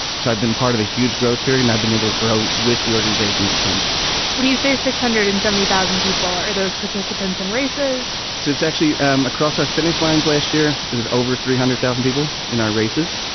so i've been part of a huge growth period. i've been able to grow with the organization at the same time what do you see as six hundred and seventy thousand people are those participants in races so it's actually across our finish line. last year it was over three hundred thousand people in our races.